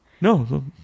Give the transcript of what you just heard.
No